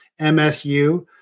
MSU